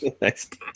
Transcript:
Next